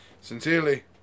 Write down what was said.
Sincerely